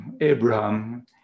Abraham